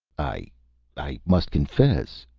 i i must confess,